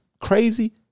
crazy